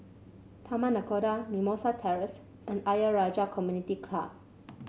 Taman Nakhoda Mimosa Terrace and Ayer Rajah Community Club